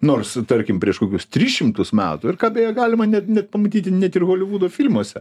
nors tarkim prieš kokius tris šimtus metų ir ką beje galima net net pamatyti net ir holivudo filmuose